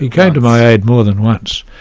he came to my aid more than once.